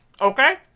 okay